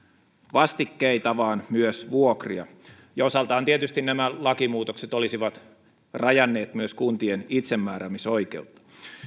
vastikkeita vaan myös vuokria tietysti osaltaan nämä lakimuutokset olisivat rajanneet myös kuntien itsemääräämisoikeutta